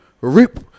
rip